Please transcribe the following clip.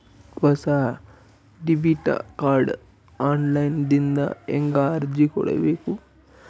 ಹೊಸ debit card online ದಿಂದ ಹೇಂಗ ಅರ್ಜಿ ಕೊಡಬೇಕು?